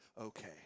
okay